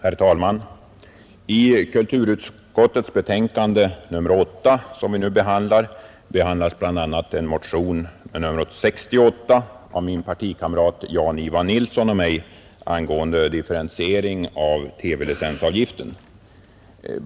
Herr talman! I kulturutskottets betänkande nr 8 som vi nu diskuterar behandlas bl.a. motion nr 68 av min partikamrat Jan-Ivan Nilsson och mig angående differentiering av TV-licensavgiften.